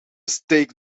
steak